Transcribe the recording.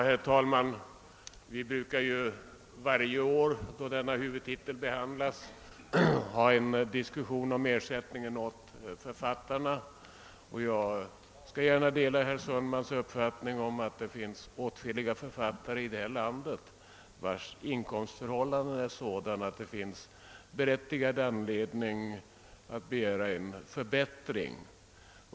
Herr talman! Vi brukar ju varje år i samband med behandlingen av den aktuella huvudtiteln ha en diskussion om författarnas ersättning. Jag skall gärna dela herr Sundmans uppfattning att det finns åtskilliga författare i vårt land, vilkas inkomstförhållanden är sådana att det föreligger berättigad anledning att begära en förbättring.